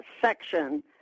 section